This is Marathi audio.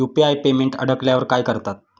यु.पी.आय पेमेंट अडकल्यावर काय करतात?